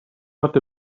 not